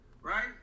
right